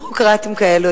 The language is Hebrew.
ביורוקרטיים כאלו,